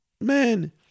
Man